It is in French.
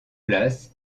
place